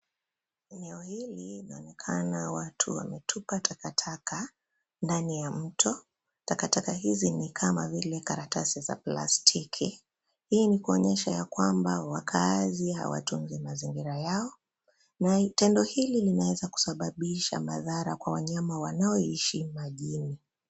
Eneo hili linaonekana watu wametupa takataka ndani ya mto. Takataka hizi nikama vile karatasi za plastiki. Hii ni kuonyesha ya kwamba wakaazi hawatunzi mazingira yao. Na tendo hili linaweza kusababisha madhara kwa wanyama wanaoishi majini.